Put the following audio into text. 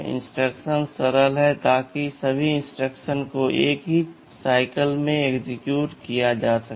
instruction सरल हैं ताकि सभी इंस्ट्रक्शंस को एक ही चक्र में एक्सेक्यूट किया जा सके